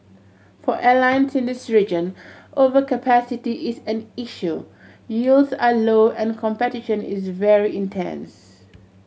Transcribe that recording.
for airlines in this region overcapacity is an issue yields are low and competition is very intense